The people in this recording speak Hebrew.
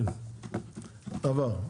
עבר.